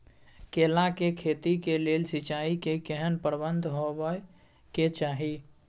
केला के खेती के लेल सिंचाई के केहेन प्रबंध होबय के चाही?